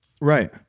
Right